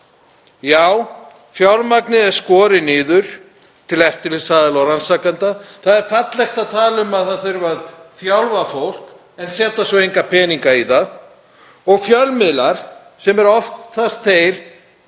Fjármagnið er skorið niður til eftirlitsaðila og rannsakenda. Það er fallegt að tala um að það þurfi að þjálfa fólk en setja svo enga peninga í það. Fjölmiðlar, sem eru oftast